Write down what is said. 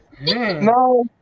No